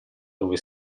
dove